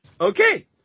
Okay